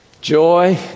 joy